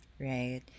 Right